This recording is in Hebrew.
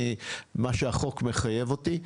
אני מה שהחוק מחייב אותי.